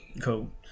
cool